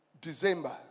December